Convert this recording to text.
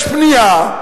יש פנייה,